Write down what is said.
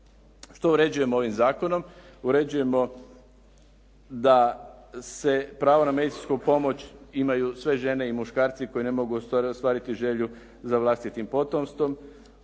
Što uređujemo ovim zakonom? Uređujemo da se pravo na medicinsku pomoć imaju sve žene i muškarci koji ne mogu ostvariti svoju želju za vlastitim potomstvom,